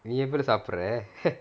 நீ எப்படி சாபிடுரே:nee eppadi saapidurae